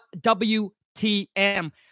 W-T-M